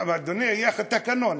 אדוני, יש תקנון.